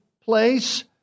place